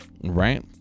Right